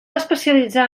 especialitzar